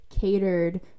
catered